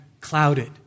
clouded